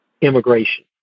immigration